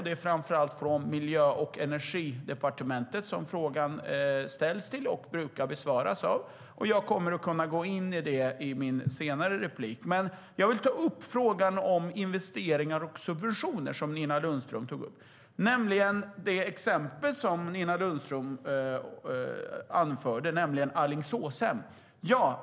Det är framför allt till Miljö och energidepartementet som frågan ställts, och det där därifrån den brukar besvaras. Jag kommer att gå in på det i mitt senare inlägg. Jag vill dock ta upp Nina Lundströms fråga om investeringar och subventioner, nämligen det exempel som hon anförde - Alingsåshem.